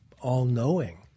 all-knowing